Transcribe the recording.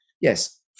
yes